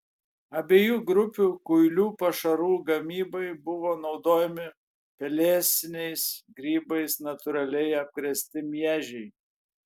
abiejų grupių kuilių pašarų gamybai buvo naudojami pelėsiniais grybais natūraliai apkrėsti miežiai